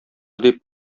дип